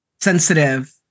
sensitive